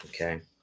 Okay